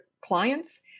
clients